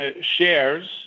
shares